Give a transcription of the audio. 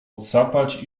odsapać